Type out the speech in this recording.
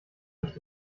nicht